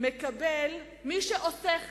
מקבל מי שעושה חסד.